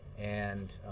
and